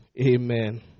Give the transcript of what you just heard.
amen